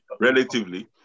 Relatively